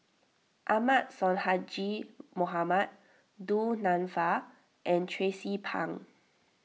Ahmad Sonhadji Mohamad Du Nanfa and Tracie Pang